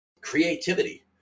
Creativity